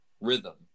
rhythm